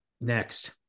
next